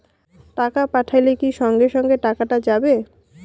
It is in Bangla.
টাকা পাঠাইলে কি সঙ্গে সঙ্গে টাকাটা যাবে?